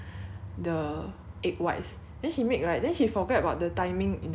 the egg whites then she make right then she forgot about the timing in the oven then